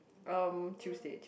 um Tuesday Tuesday